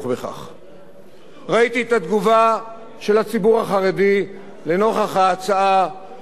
ראיתי את התגובה של הציבור החרדי לנוכח ההצעה של סיעת קדימה,